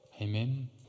Amen